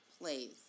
plays